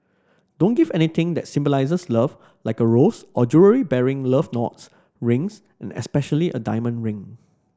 don't give anything that symbolises love like a rose or jewellery bearing love knots rings and especially a diamond ring